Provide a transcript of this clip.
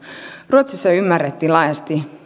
ruotsissa ymmärrettiin laajasti